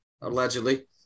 allegedly